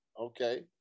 Okay